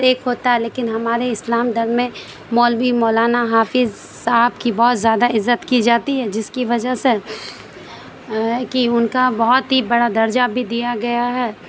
ایک ہوتا ہے لیکن ہمارے اسلام دھرم میں مولوی مولانا حافظ صاحب کی بہت زیادہ عزت کی جاتی ہے جس کی وجہ سے کہ ان کا بہت ہی بڑا درجہ بھی دیا گیا ہے